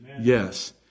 Yes